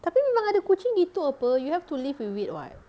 tapi memang ada kucing gitu apa you have to live with it [what]